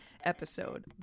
episode